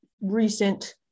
recent